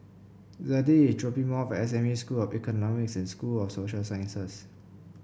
Zadie is dropping me off at S M U School of Economics and School of Social Sciences